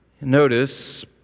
Notice